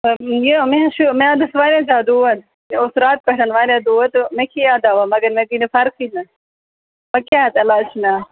یہِ مےٚ حظ چھُ میٛادَس واریاہ زیادٕ دود مےٚ اوس راتہٕ پٮ۪ٹھ واریاہ دود تہٕ مےٚ کھیٚیا دَوا مگر مےٚ گٔے نہٕ فرقے نہٕ وۄنۍ کیٛاہ اَتھ علاج چھُ مےٚ